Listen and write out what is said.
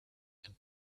and